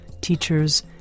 teachers